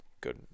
good